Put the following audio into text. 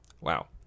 Wow